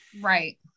Right